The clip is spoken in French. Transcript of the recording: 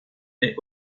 mais